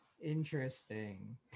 Interesting